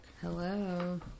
Hello